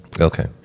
Okay